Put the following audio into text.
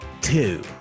two